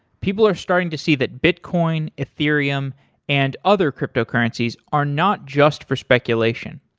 people are starting to see that bitcoin, ethereum and other cryptocurrencies are not just for speculation.